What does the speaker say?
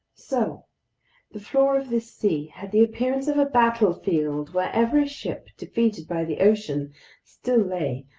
so the floor of this sea had the appearance of a battlefield where every ship defeated by the ocean still lay,